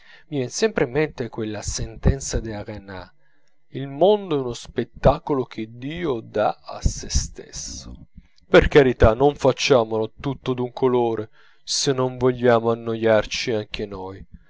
vien sempre in mente quella sentenza del rénan il mondo è uno spettacolo che dio dà a sè stesso per carità non facciamolo tutto d'un colore se non vogliamo annoiarci anche noi